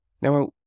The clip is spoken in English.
Now